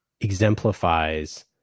exemplifies